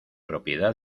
propiedad